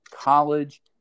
college